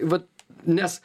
vat nes